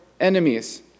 enemies